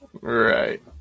Right